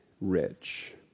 rich